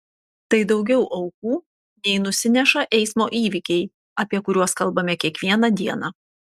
tai daugiau aukų nei nusineša eismo įvykiai apie kuriuos kalbame kiekvieną dieną